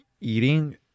eating